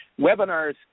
webinars